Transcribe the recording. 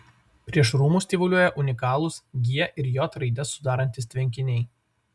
prieš rūmus tyvuliuoja unikalūs g ir j raides sudarantys tvenkiniai